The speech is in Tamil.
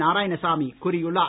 நாராயணசாமி கூறியுள்ளார்